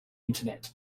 internet